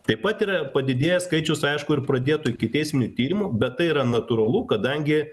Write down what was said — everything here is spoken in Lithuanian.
taip pat yra padidėjęs skaičius aišku ir pradėtų ikiteisminių tyrimų bet tai yra natūralu kadangi